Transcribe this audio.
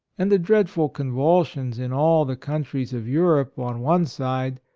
and the dreadful convulsions in all the countries of europe, on one side,